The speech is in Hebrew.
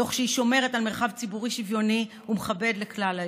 תוך שהיא שומרת על מרחב ציבורי שוויוני ומכבד לכלל האזרחים,